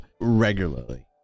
regularly